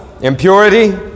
impurity